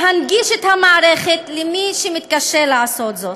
להנגיש את המערכת למי שמתקשה לעשות זאת.